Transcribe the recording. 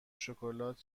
شکلات